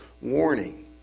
warning